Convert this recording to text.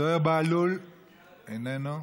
זוהיר בהלול, איננו,